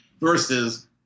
versus